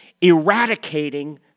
eradicating